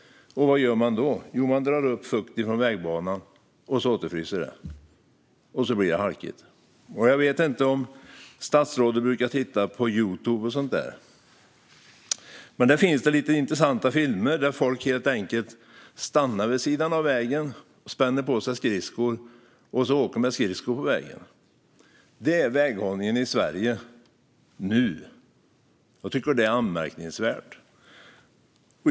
Vad gör den? Jo, den drar upp fukt från vägbanan som då återfryser, och då blir det halkigt. Jag vet inte om statsrådet brukar titta på Youtube och sådant. Där finns lite intressanta filmer där folk stannar vid sidan av vägen, spänner på sig skridskor och åker med dem på vägen. Detta är väghållningen i Sverige nu! Jag tycker att det är anmärkningsvärt.